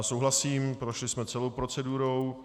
Souhlasím, prošli jsme celou procedurou.